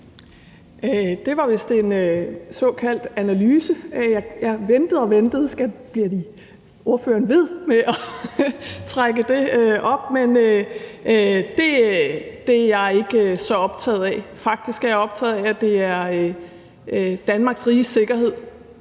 Det var vist en såkaldt analyse. Jeg ventede og ventede på, om ordføreren ville blive ved med at trække det frem. Men det er ikke noget, jeg er så optaget af. Faktisk er jeg optaget af, at det er Danmarks riges sikkerhed,